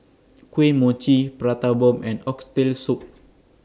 Kuih Mochi Prata Bomb and Oxtail Soup